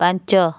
ପାଞ୍ଚ